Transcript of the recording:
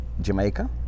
Jamaica